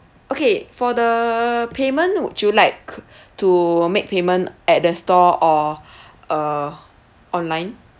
okay for the payment would you like to make payment at the store or uh online